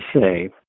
say